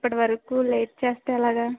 అప్పటివరకు లేట్ చేస్తే ఎలాగా